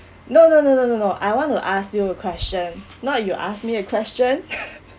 no no no no no no I want to ask you a question not you ask me a question